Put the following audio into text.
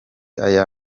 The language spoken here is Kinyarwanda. aya